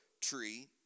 tree